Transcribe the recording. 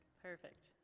perfect.